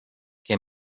que